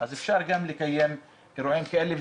אז אפשר לקיים גם אירועים כאלה,